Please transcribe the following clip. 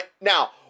Now